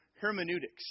hermeneutics